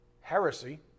heresy